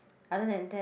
other than that